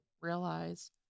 realize